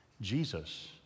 Jesus